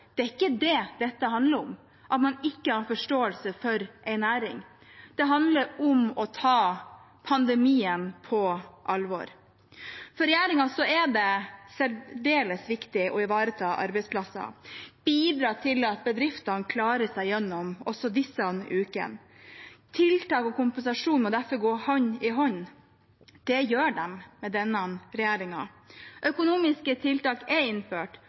Det er ikke det dette handler om, at man ikke har forståelse for en næring. Det handler om å ta pandemien på alvor. For regjeringen er det særdeles viktig å ivareta arbeidsplasser og bidra til at bedriftene klarer seg også gjennom disse ukene. Tiltak og kompensasjon må derfor gå hånd i hånd. Det gjør de med denne regjeringen. Økonomiske tiltak er innført,